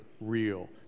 real